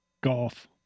Golf